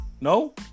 No